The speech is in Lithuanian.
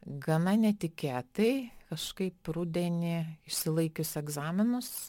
gana netikėtai kažkaip rudenį išsilaikius egzaminus